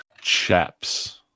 Chaps